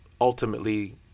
ultimately